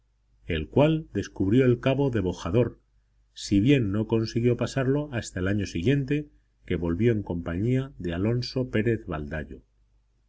el cual descubrió el cabo de bojador sibien no consiguió pasarlo hasta el año siguiente que volvió en compañía de alonso pérez baldayo